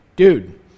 dude